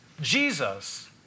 Jesus